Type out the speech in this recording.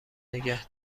نگه